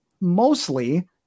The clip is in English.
mostly